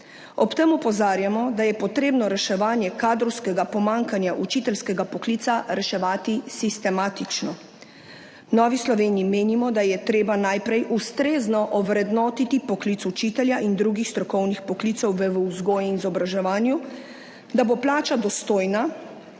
Ob tem opozarjamo, da je potrebno reševanje kadrovskega pomanjkanja učiteljskega poklica reševati sistematično. V Novi Sloveniji menimo, da je treba najprej ustrezno ovrednotiti poklic učitelja in drugih strokovnih poklicev v vzgoji in izobraževanju, da bo plača dostojna